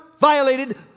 violated